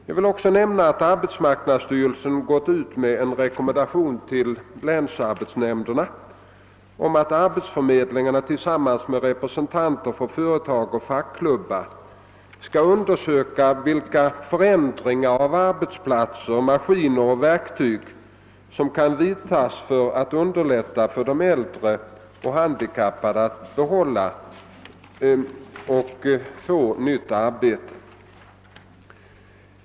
Jag vill också nämna att arbetsmarknadsstyrelsen gått ut med en rekommendation till länsarbetsnämnderna om att arbetsförmedlingarna tillsammans med representanter för företag och fackklubbar skall undersöka vilka förändringar av arbetsplatser, maskiner och verktyg, som kan vidtas för att underlätta för de äldre och handikappade att behålla eller få nytt arbete.